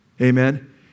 Amen